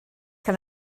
can